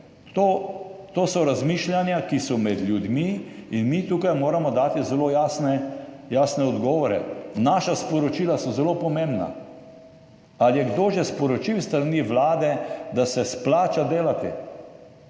to so razmišljanja, ki so med ljudmi, in mi tukaj moramo dati zelo jasne odgovore. Naša sporočila so zelo pomembna. Ali je kdo že sporočil s strani vlade, da se splača delati?